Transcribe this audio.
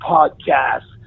Podcast